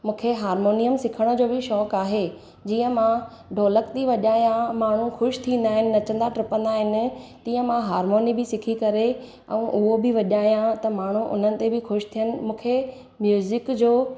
मूंखे हारमोनियम सिखण जो बि शौक़ु आहे जीअं मां ढोलक थी वॼाया माण्हू ख़ुशि थींदा आहिनि नचंदा टपंदा आहिनि तीअं मां हारमोनी बि सिखी करे ऐं उहो बि वॼायां त माण्हू उन्हनि ते बि ख़ुशि थियनि मूंखे म्यूज़िक जो